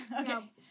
Okay